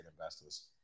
investors